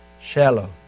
shallow